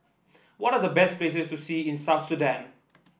what are the best places to see in South Sudan